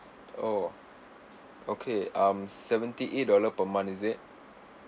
oh okay um seventy eight dollar per month is it